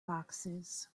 boxes